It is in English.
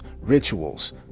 rituals